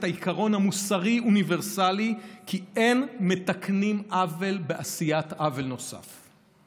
העיקרון המוסרי-אוניברסלי כי אין מתקנים עוול בעשיית עוול נוסף.